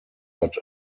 but